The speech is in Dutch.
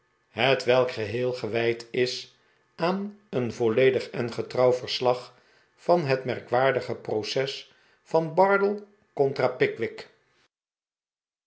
xxxiv hetwelk geheel gewijd is aan een volledig en getrouw verslag van het merkwaardige proces van bardell contra pickwick